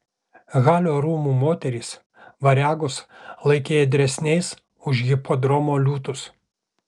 halio rūmų moterys variagus laikė ėdresniais už hipodromo liūtus